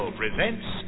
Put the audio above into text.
presents